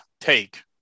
take